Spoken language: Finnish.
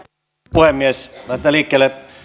puhemies lähdetään liikkeelle